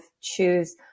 choose